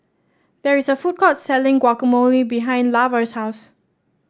there is a food court selling Guacamole behind Lavar's house